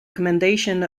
commendation